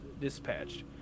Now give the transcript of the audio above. dispatched